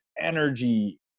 energy